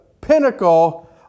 pinnacle